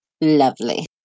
Lovely